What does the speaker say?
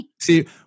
see